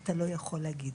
אתה לא יכול להגיד.